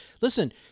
Listen